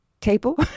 table